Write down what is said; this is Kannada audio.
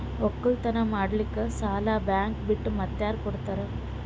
ಒಕ್ಕಲತನ ಮಾಡಲಿಕ್ಕಿ ಸಾಲಾ ಬ್ಯಾಂಕ ಬಿಟ್ಟ ಮಾತ್ಯಾರ ಕೊಡತಾರ?